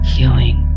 Healing